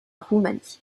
roumanie